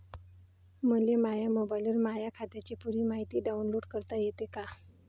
मले माह्या मोबाईलवर माह्या खात्याची पुरी मायती डाऊनलोड करता येते का?